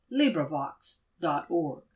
LibriVox.org